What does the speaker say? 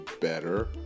better